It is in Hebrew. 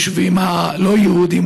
ליישובים הלא-יהודיים,